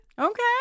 Okay